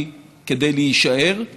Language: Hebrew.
היא כאן כדי להישאר.